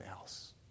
else